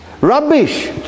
rubbish